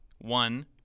one